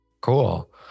cool